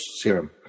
serum